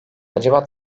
acaba